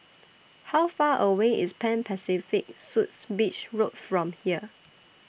How Far away IS Pan Pacific Suites Beach Road from here